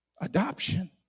adoption